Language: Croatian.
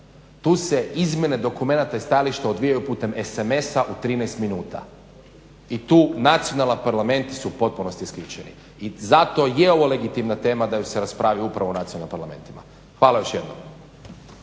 tu se izmjene dokumenta i stajališta odvijaju putem SMS-a u 13 minuta i tu su nacionalni parlamenti su potpunosti isključeni. I zato je ovo legitimna tema da ju se raspravi upravo o nacionalnim parlamentima. Hvala još jednom.